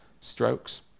strokes